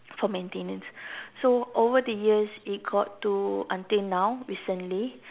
for maintenance so over the years it got to until now recently